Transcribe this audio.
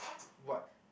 what